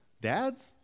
Dads